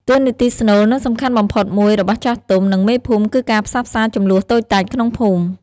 តួនាទីស្នូល និងសំខាន់បំផុតមួយរបស់ចាស់ទុំ និងមេភូមិគឺការផ្សះផ្សាជម្លោះតូចតាចក្នុងភូមិ។